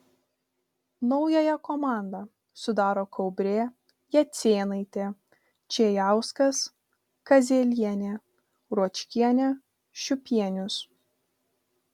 naująją komandą sudaro kaubrė jacėnaitė čėjauskas kazielienė ruočkienė šiupienius